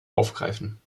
aufgreifen